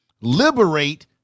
liberate